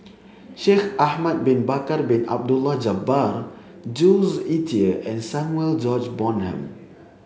Shaikh Ahmad Bin Bakar Bin Abdullah Jabbar Jules Itier and Samuel George Bonham